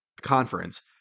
conference